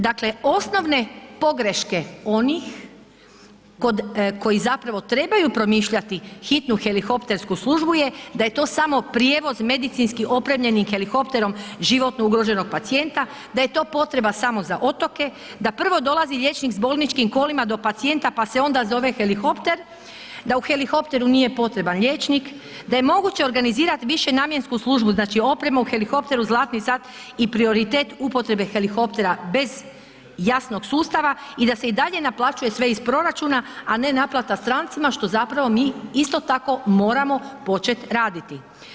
Dakle osnovne pogreške onih koji zapravo trebaju promišljati hitnu helikoptersku službu je da je to samo prijevoz medicinski opremljenim helikopterom životno ugroženog pacijenta, da je to potreba samo za otoke, da prvo dolazi liječnik s bolničkim kolima do pacijenta pa se onda zove helikopter, da u helikopteru nije potreban liječnik, da je moguće organizirati višenamjensku službu znači oprema u helikopteru zlatni sat i prioritet upotrebe helikoptera bez jasnog sustava i da se i dalje naplaćuje sve iz proračuna a ne naplata strancima što zapravo mi isto tako moramo početi raditi.